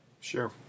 Sure